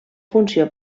funció